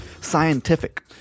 scientific